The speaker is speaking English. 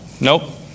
nope